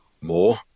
More